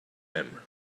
même